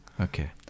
Okay